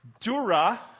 Dura